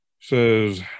Says